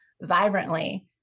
vibrantly